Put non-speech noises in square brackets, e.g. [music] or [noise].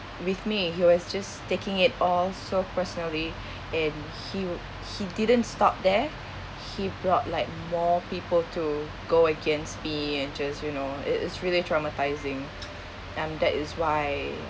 with me he was just taking it all so personally [breath] and he would he didn't stop there he brought like more people to go against me and just you know it is really traumatiing and that is why